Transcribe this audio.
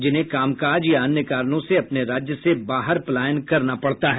जिन्हें कामकाज या अन्य कारणों से अपने राज्य से बाहर पलायन करना पड़ता है